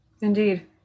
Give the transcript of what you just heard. Indeed